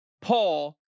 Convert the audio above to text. Paul